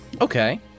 Okay